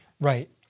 Right